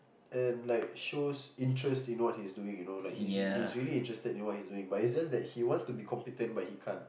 and like shows interest in what he's doing you know he's really he's really interested in what he's doing but it's just that he wants to be competent but then he can't